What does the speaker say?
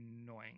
annoying